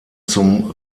zum